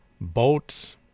boat